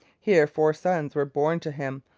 here four sons were born to him,